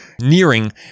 nearing